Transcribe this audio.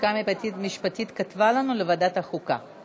הלשכה המשפטית כתבה לנו: לוועדת החוקה.